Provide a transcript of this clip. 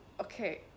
okay